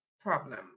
problem